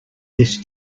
this